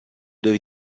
dove